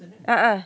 ah ah